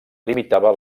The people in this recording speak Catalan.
limitava